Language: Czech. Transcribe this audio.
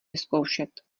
vyzkoušet